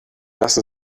lassen